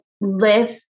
live